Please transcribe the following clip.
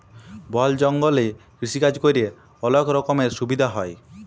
বল জঙ্গলে কৃষিকাজ ক্যরে অলক রকমের সুবিধা হ্যয়